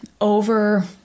over